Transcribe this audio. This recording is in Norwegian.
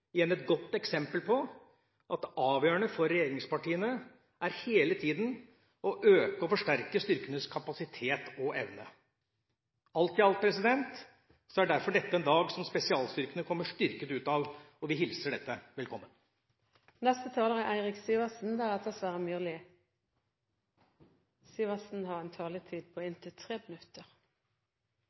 igjen et godt eksempel på at det avgjørende for regjeringspartiene hele tiden er å øke og forsterke styrkenes kapasitet og evne. Alt i alt er dette derfor en dag som spesialstyrkene kommer styrket ut av, og vi hilser dette velkommen. De talere som heretter får ordet, har en taletid på inntil 3 minutter.